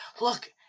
look